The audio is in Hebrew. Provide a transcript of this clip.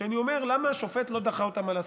שאני שואל למה השופט לא דחה אותן על הסף,